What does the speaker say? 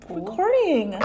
recording